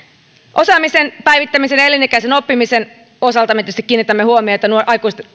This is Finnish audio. osaamisen päivittämisen ja elinikäisen oppimisen osalta me tietysti kiinnitämme huomiota